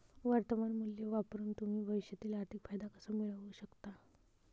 वर्तमान मूल्य वापरून तुम्ही भविष्यातील आर्थिक फायदा कसा मिळवू शकता?